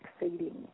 exceeding